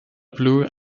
blue